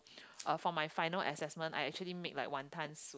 uh for my final assessment I actually made like wanton soup